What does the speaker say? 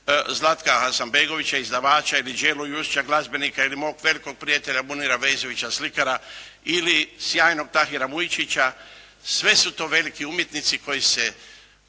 Zlatka Hasanbegovića izdavača ili Đelu Jusića glazbenika ili mog velikog prijatelja M.Vezjovića slikara ili sjajnog Tahira Vujčića. Sve su to veliki umjetnici koji se